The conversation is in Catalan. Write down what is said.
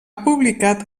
publicat